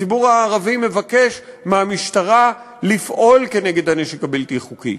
הציבור הערבי מבקש מהמשטרה לפעול כנגד הנשק הבלתי-חוקי.